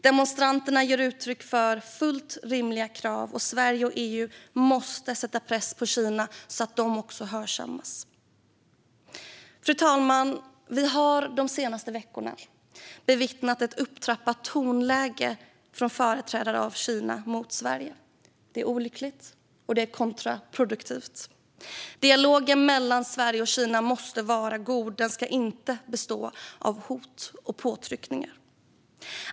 Demonstranterna ger uttryck för fullt rimliga krav, och Sverige och EU måste sätta press på Kina så att de hörsammas. Fru talman! Vi har de senaste veckorna bevittnat ett upptrappat tonläge från företrädare för Kina mot Sverige. Det är olyckligt och kontraproduktivt. Dialogen mellan Sverige och Kina måste vara god. Den ska inte bestå av hot och påtryckningar.